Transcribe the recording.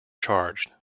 charged